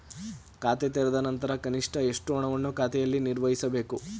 ಖಾತೆ ತೆರೆದ ನಂತರ ಕನಿಷ್ಠ ಎಷ್ಟು ಹಣವನ್ನು ಖಾತೆಯಲ್ಲಿ ನಿರ್ವಹಿಸಬೇಕು?